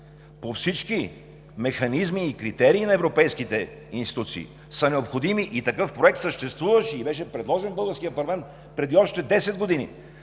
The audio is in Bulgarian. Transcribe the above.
по всички механизми и критерии на европейските институции, са необходими – такъв проект съществуваше и беше предложен в българския парламент още преди десет години,